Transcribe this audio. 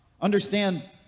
understand